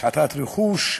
השחתת רכוש,